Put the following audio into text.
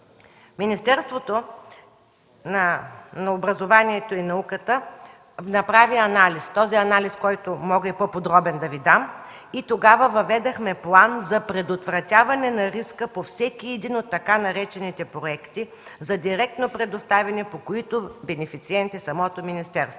Министерството на образованието и науката направи анализ, който мога да Ви дам и по-подробно. И тогава въведохме план за предотвратяване на риска по всеки един от така наречените проекти за директно предоставяне, по които бенефициент е самото министерство.